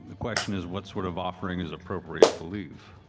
the question is what sort of offering is appropriate to leave.